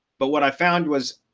but what i found was,